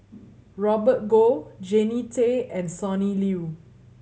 Robert Goh Jannie Tay and Sonny Liew